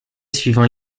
suivant